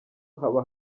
haba